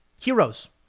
Heroes